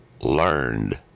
learned